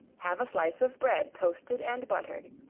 have a slice of bread toasted and buttered,